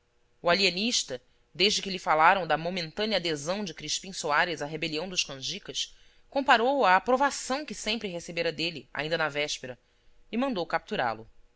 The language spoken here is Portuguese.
o alienista desde que lhe falaram da momentânea adesão de crispim soares à rebelião dos canjicas comparou a à aprovação que sempre recebera dele ainda na véspera e mandou capturá lo